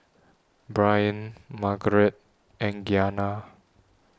Brian Margeret and Gianna